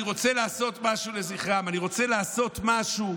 אני רוצה לעשות משהו לזכרם, אני רוצה לעשות משהו,